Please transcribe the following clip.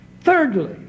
thirdly